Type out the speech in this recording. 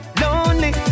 lonely